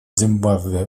зимбабве